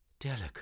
delicate